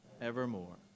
evermore